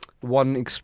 one